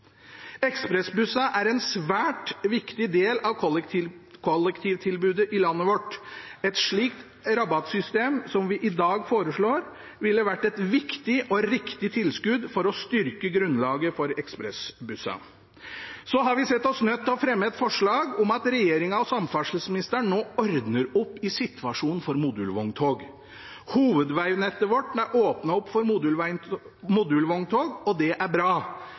Ekspressbussene er en svært viktig del av kollektivtilbudet i landet vårt. Et slikt rabattsystem som vi i dag foreslår, ville vært et viktig og riktig tilskudd for å styrke grunnlaget for ekspressbussene. Så har vi sett oss nødt til å fremme et forslag om at regjeringen og samferdselsministeren nå ordner opp i situasjonen for modulvogntog. Hovedvegnettet vårt er åpnet opp for modulvogntog – og det er bra.